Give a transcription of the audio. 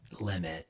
limit